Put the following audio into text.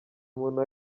muntu